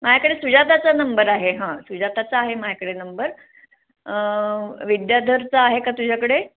माझ्याकडे सुजाताचा नंबर आहे हां सुजाताचा आहे माझ्याकडे नंबर विद्याधरचा आहे का तुझ्याकडे